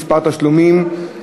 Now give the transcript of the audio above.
מוסר תשלומים),